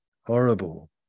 Horrible